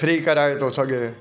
free कराए थो सघे